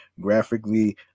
graphically